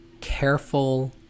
careful